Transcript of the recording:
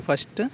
first